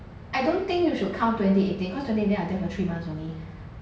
I don't think you should count twenty eighteen cause twenty eighteen I there for three months only